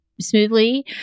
smoothly